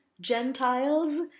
Gentiles